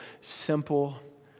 simple